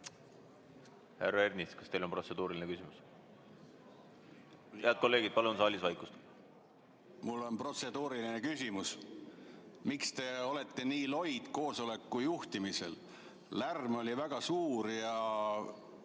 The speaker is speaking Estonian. Härra Ernits, kas teil on protseduuriline küsimus? Head kolleegid, palun saalis vaikust! Mul on protseduuriline küsimus. Miks te olete nii loid koosoleku juhtimisel? Lärm oli väga suur ja